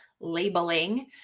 labeling